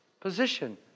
position